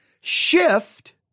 Shift